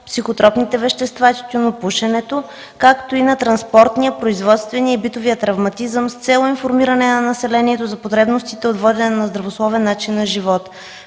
психотропните вещества и тютюнопушенето, както и на транспортния, производствения и битовия травматизъм с цел информиране на населението за вредностите от водене на нездравословен начин на живот.